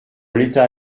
l’état